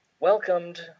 welcomed